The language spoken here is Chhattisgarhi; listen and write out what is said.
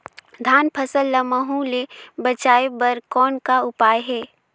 धान फसल ल महू ले बचाय बर कौन का उपाय हे?